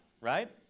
right